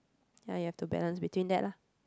ya you have to balance between that lah